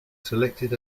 selected